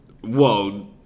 Whoa